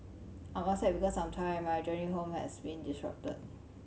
I'm upset because I'm tired and my journey home has been disrupted